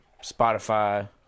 Spotify